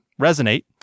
Resonate